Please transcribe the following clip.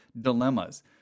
dilemmas